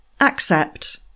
Accept